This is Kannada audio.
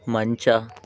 ಮಂಚ